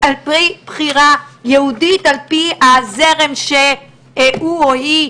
על פי בחירה יהודית, על פי הזרם שהוא או היא,